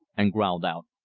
and growled out,